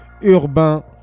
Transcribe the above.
urbain